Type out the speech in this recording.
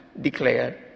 declared